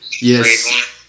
Yes